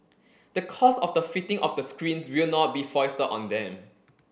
the cost of the fitting of the screens will not be foisted on them